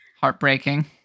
Heartbreaking